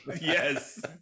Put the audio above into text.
Yes